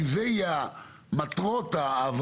אם זו תהיה מטרת העבודה,